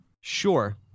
sure